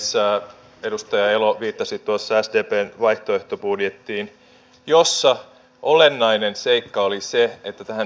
pariisin ilmastokokouksessa saavutettiin historiallinen sopu ja keskeiset maat ovat nyt sitoutuneet siihen että päästöjä on tarkoitus alentaa nopeasti ja aiempaa enemmän